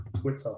Twitter